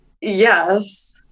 Yes